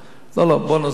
בוא נעזוב את זה.